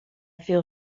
feel